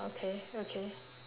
okay okay